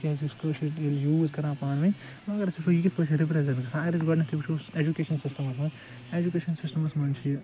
کیازِ یُس کٲشر یوز کَران پانہ ؤنۍ اگر أسۍ وٕچھو یہِ کِتھ پٲٹھۍ چھِ رِپریٚزیٚنٹ گَژھان اگر أسۍ گۄڈنیٚتھے ایٚجُکیشَن سِسٹَمَس مَنٛز ایٚجُکیشَن سِسٹَمَس مَنٛز چھ یہ